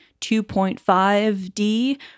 2.5D